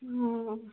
हँ हँ